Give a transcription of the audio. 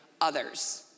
others